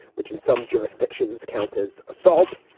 which in some jurisdictions count as assault.